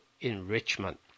enrichment